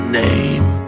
name